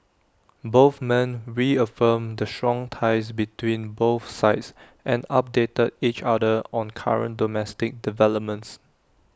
both men reaffirmed the strong ties between both sides and updated each other on current domestic developments